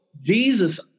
Jesus